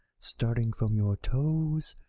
starting from your toes,